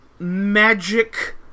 Magic